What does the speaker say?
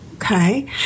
Okay